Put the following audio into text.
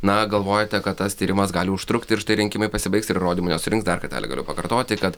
na galvojate kad tas tyrimas gali užtrukti ir štai rinkimai pasibaigs ir įrodymų nesurinks dar kartelį galiu pakartoti kad